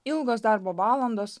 ilgos darbo valandos